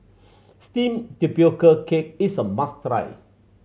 steamed tapioca cake is a must try